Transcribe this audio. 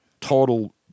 total